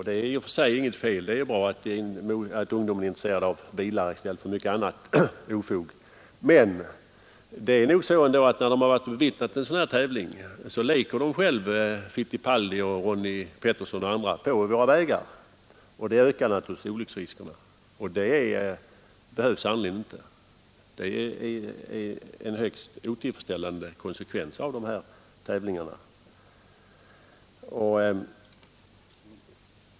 Det är i och för sig inget fel; det är bra att ungdomarna är intresserade av bilar i stället för att göra ofog, men när de har bevittnat en sådan här tävling leker de själva Fittipaldi, Ronnie Peterson osv. på våra vägar, och det ökar naturligtvis olycksriskerna. Det är en högst otillfredsställande konsekvens av de här tävlingarna.